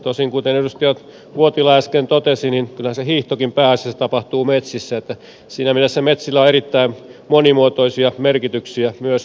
tosin kuten edustaja uotila äsken totesi niin kyllähän se hiihtokin pääasiassa tapahtuu metsissä että siinä mielessä metsillä on erittäin monimuotoisia merkityksiä myös urheilun saralla